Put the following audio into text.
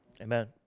amen